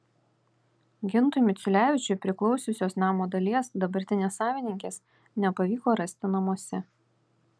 gintui miciulevičiui priklausiusios namo dalies dabartinės savininkės nepavyko rasti namuose